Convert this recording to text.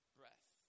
breath